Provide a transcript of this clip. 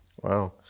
Wow